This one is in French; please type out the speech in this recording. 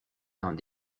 dans